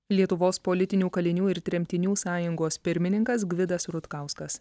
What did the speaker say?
lietuvos politinių kalinių ir tremtinių sąjungos pirmininkas gvidas rutkauskas